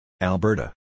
Alberta